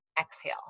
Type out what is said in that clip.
exhale